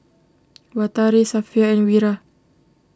Batari Safiya and Wira